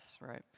right